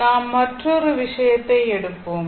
நாம் மற்றொரு விஷயத்தை எடுப்போம்